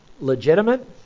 legitimate